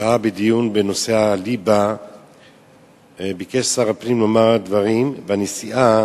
בדיון בנושא הליבה ביקש שר הפנים לומר דברים והנשיאה